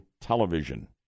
television